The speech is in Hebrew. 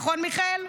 נכון, מיכאל?